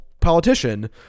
politician